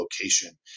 location